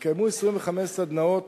התקיימו 25 סדנאות